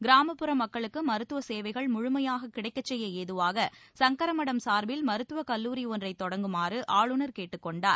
கிராமப்புற மக்களுக்கு மருத்துவ சேவைகள் முழுமையாக கிடைக்கச் செய்ய ஏதுவாக சங்கரமடம் சார்பில் மருத்துவக் கல்லூரி ஒன்றை தொடங்குமாறு ஆளுநர் கேட்டுக் கொண்டார்